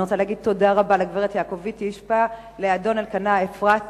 אני רוצה להגיד תודה רבה לגברת יעקובית ישפה ולאדון אלקנה אפרתי.